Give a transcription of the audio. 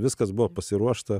viskas buvo pasiruošta